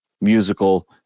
musical